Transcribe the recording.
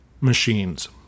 machines